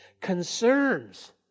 Concerns